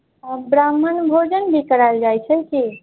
आओर ब्राह्मण भोजन भी कराएल जाइ छै कि